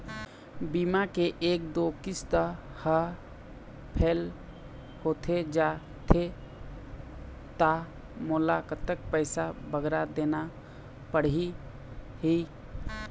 बीमा के एक दो किस्त हा फेल होथे जा थे ता मोला कतक पैसा बगरा देना पड़ही ही?